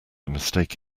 mistake